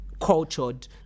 Cultured